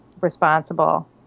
responsible